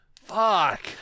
fuck